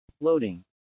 Loading